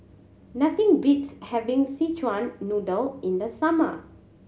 nothing beats having Szechuan Noodle in the summer